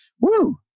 Woo